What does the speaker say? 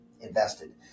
invested